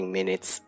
Minutes